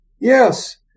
Yes